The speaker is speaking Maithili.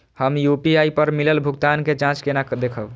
हम यू.पी.आई पर मिलल भुगतान के जाँच केना देखब?